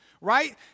Right